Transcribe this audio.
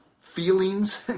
feelings